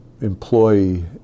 employee